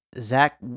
Zach